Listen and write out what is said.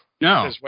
no